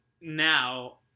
now